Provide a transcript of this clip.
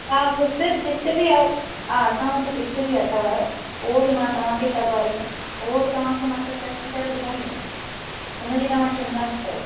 हा क़िस्त क़िस्त बि आहे हा असां वटि क़िस्त बि अथव उहो बि मां तव्हांखे सभु अरे उहो बि तव्हां खे मां सभु चङी तरह ॿुधाईंदमि हुनजी तव्हां चिंता न कयो